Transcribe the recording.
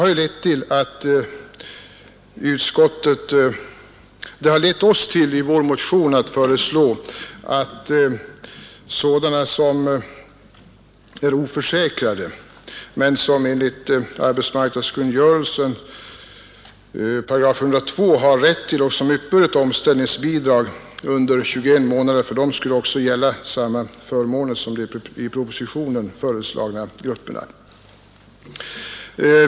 Vi har i vår motion föreslagit att för sådana som är oförsäkrade, men som enligt 102 § arbetsmarknadskungörelsen har rätt att få — och som uppburit — omställningsbidrag under 21 månader skulle gälla samma förmåner som för de i propositionen föreslagna grupperna.